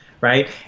right